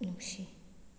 ꯅꯨꯡꯁꯤ